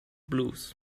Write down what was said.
blues